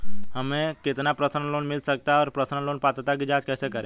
हमें कितना personal loan मिल सकता है और पर्सनल लोन पात्रता की जांच कैसे करें?